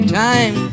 time